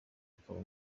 akaba